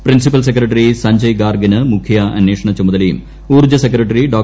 principal secretary Sanjay ഗാർഗിന് മുഖ്യ അനേഷണചുമതലയും ഊർജ സെക്രട്ടറി ഡോ